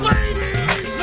Ladies